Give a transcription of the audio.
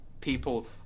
people